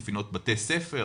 מפעילות בתי ספר